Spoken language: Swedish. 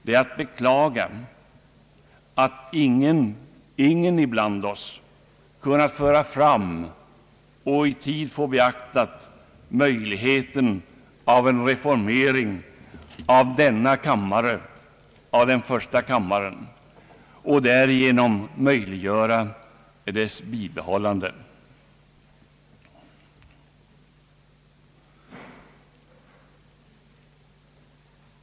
Det är att beklaga att ingen ibland oss kunnat föra fram och i tid få möjligheten av en reformering av första kammaren beaktad och därigenom kunnat möjliggöra dess bibehållande.